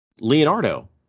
Leonardo